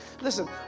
Listen